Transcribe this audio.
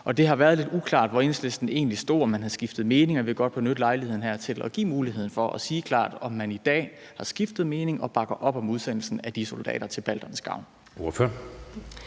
Det har været lidt uklart, hvor Enhedslisten egentlig stod, og om man havde skiftet mening, og jeg vil godt benytte lejligheden her til at give muligheden for at sige klart, om man i dag har skiftet mening og bakker op om udsendelsen af de soldater til balternes gavn.